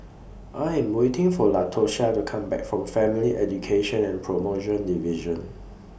I Am waiting For Latosha to Come Back from Family Education and promotion Division